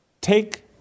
Take